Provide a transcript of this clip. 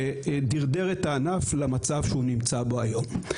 ודרדר את הענף למצב שהוא נמצא בו היום.